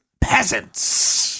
peasants